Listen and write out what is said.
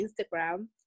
instagram